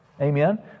Amen